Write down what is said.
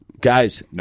Guys